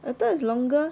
I thought is longer